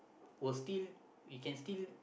will still we can still